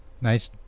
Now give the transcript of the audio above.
nice